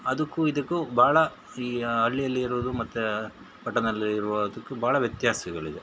ಅದುಕ್ಕೂ ಇದುಕ್ಕೂ ಭಾಳ ಈ ಹಳ್ಳಿಯಲ್ಲಿರೋದು ಮತ್ತು ಪಟ್ಟಣದಲ್ಲಿ ಇರುವುದಕ್ಕೂ ಭಾಳ ವ್ಯತ್ಯಾಸಗಳಿದೆ